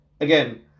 again